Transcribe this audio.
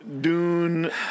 Dune